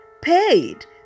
paid